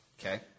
Okay